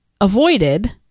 avoided